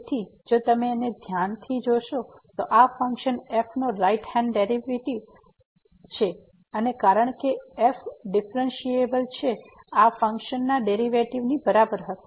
તેથી જો તમે આને ધ્યાનથી જોશો તો આ ફંક્શન f નો રાઈટ હેન્ડ ડેરીવેટીવ છે અને કારણ કે f ડિફરન્ટિએબલ છે આ ફંક્શનના ડેરિવેટિવ ની બરાબર હશે